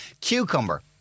Cucumber